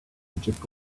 egypt